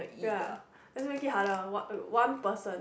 ya lets make it harder one one person